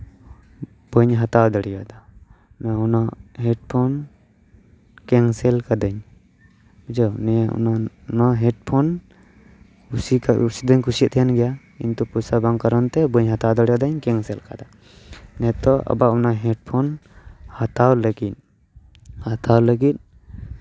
ᱵᱟᱹᱧ ᱦᱟᱛᱟᱣ ᱫᱟᱲᱮᱭᱟᱫᱟ ᱚᱱᱟ ᱦᱮᱰ ᱯᱷᱳᱱ ᱠᱮᱱᱥᱮᱞ ᱠᱟᱹᱫᱟᱧ ᱡᱮ ᱱᱚᱣᱟ ᱦᱮᱰᱯᱷᱳᱱ ᱠᱩᱥᱤ ᱠᱷᱟᱡ ᱠᱩᱥᱤ ᱫᱚᱧ ᱠᱩᱥᱤᱭᱟᱜ ᱛᱟᱦᱮᱸᱱ ᱜᱮᱭᱟ ᱠᱤᱱᱛᱩ ᱯᱚᱭᱥᱟ ᱵᱟᱝ ᱠᱟᱨᱚᱱ ᱛᱮ ᱵᱟᱹᱧ ᱦᱟᱛᱟᱣ ᱫᱟᱲᱮᱭᱟᱫᱟ ᱠᱮᱱᱥᱮᱞ ᱠᱟᱫᱟ ᱱᱤᱛᱚᱜ ᱟᱵᱟᱨ ᱚᱱᱟ ᱦᱮᱰᱯᱷᱳᱱ ᱦᱟᱛᱟᱣ ᱞᱟᱹᱜᱤᱫ ᱦᱟᱛᱟᱣ ᱞᱟᱹᱜᱤᱫ